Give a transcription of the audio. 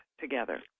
together